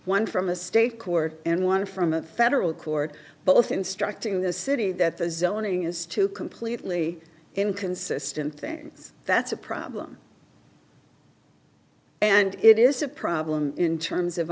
one from a state court and one from a federal court both instructing the city that the zoning is to completely inconsistent things that's a problem and it is a problem in terms of